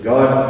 God